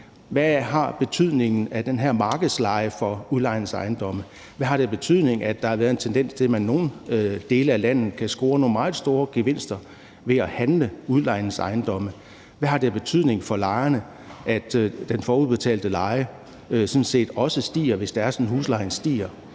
hvilken betydning den her markedsleje har for udlejningsejendomme, hvad det har af betydning, at der har været en tendens til, at man i nogle dele af landet kan score nogle meget store gevinster ved at handle udlejningsejendomme, og hvad det har af betydning for lejerne, at den forudbetalte leje sådan set også stiger, hvis huslejen stiger.